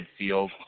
midfield